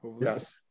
Yes